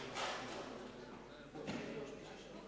היום יום שלישי,